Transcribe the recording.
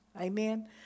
Amen